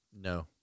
No